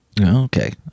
Okay